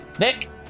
Nick